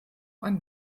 ein